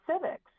civics